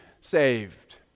saved